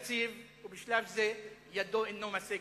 ובשלב זה ידו אינה משגת.